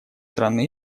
страны